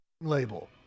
label